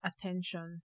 attention